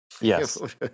Yes